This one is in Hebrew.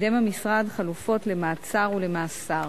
קידם המשרד חלופות למעצר ולמאסר.